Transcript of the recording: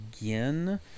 again